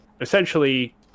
essentially